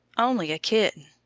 only a kitten.